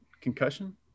concussion